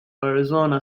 arizona